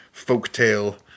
folktale